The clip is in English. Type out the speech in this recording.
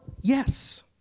Yes